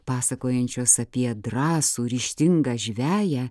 pasakojančios apie drąsų ryžtingą žveją